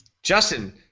Justin